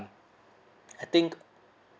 I think